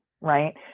right